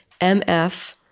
MF